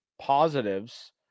positives